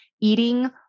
eating